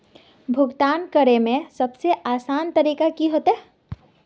भुगतान करे में सबसे आसान तरीका की होते?